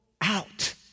out